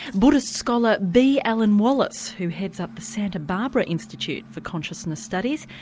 buddhist scholar b. alan wallace, who heads up the santa barbara institute for consciousness studies,